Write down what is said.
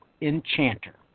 enchanter